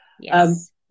Yes